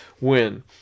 win